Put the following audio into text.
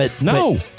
No